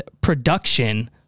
production